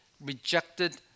rejected